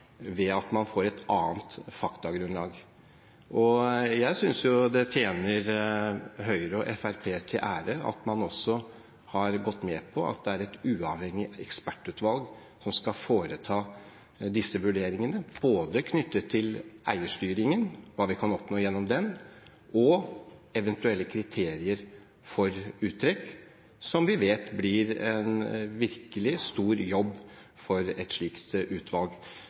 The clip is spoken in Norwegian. ved at man får et annet faktagrunnlag. Jeg synes det tjener Høyre og Fremskrittspartiet til ære at man også har gått med på at det er et uavhengig ekspertutvalg som skal foreta disse vurderingene, knyttet til både eierstyringen – hva vi kan oppnå gjennom den – og eventuelle kriterier for uttrekk, som vi vet blir en virkelig stor jobb for et slikt utvalg.